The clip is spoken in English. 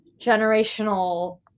generational